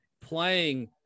playing